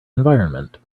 environment